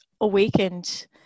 awakened